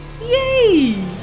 Yay